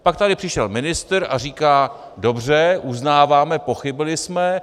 Pak tady přišel ministr a říká: Dobře, uznáváme, pochybili jsme.